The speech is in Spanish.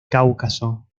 cáucaso